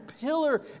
pillar